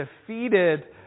defeated